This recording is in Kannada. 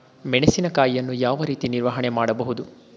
ಮೆಣಸಿನಕಾಯಿಯನ್ನು ಯಾವ ರೀತಿ ನಿರ್ವಹಣೆ ಮಾಡಬಹುದು?